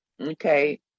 Okay